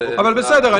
בסדר.